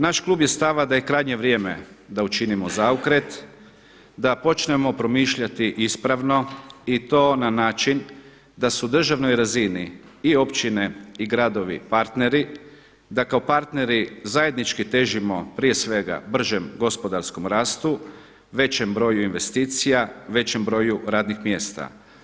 Naš klub je stava da je krajnje vrijeme da učinimo zaokret, da počnemo promišljati ispravno i to na način da su na državnoj razini i općine i gradovi partneri, da kao partneri zajednički težimo prije svega bržem gospodarskom rastu, većem broju investicija, većem broju radnih mjesta.